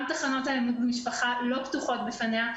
גם התחנות למניעת אלימות במשפחה לא פתוחות בפניה,